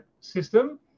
system